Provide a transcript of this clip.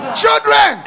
children